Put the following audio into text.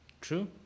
True